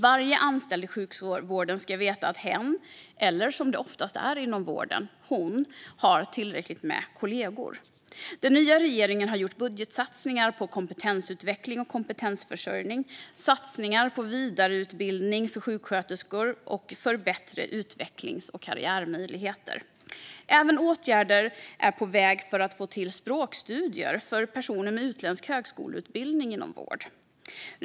Varje anställd i sjukvården ska veta att hen, eller som det oftast är inom vården - hon, har tillräckligt med kollegor. Den nya regeringen har gjort budgetsatsningar på kompetensutveckling och kompetensförsörjning och satsningar på vidareutbildning för sjuksköterskor och bättre utvecklings och karriärmöjligheter. Åtgärder är även på väg för att få till språkstudier för personer med utländsk högskoleutbildning inom vård.